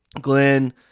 Glenn